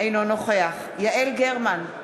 אינו נוכח יעל גרמן,